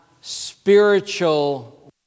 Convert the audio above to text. spiritual